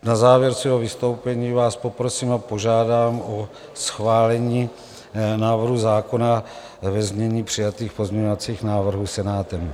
Na závěr svého vystoupení vás poprosím a požádám o schválení návrhu zákona ve znění přijatých pozměňovacích návrhů Senátem.